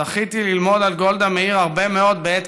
זכיתי ללמוד על גולדה מאיר הרבה מאוד עת